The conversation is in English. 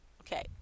okay